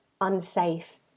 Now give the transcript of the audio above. unsafe